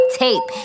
tape